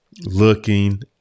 looking